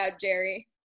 Jerry